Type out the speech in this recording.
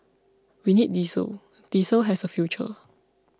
we need diesel diesel has a future